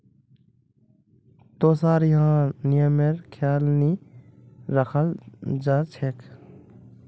तोसार यहाँ नियमेर ख्याल नहीं रखाल जा छेक